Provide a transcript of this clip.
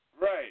Right